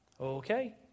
Okay